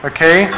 Okay